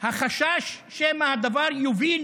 החשש שמא הדבר יוביל